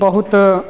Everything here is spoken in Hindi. बहुत